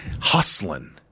hustling